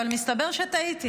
אבל מסתבר שטעיתי.